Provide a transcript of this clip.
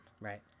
Right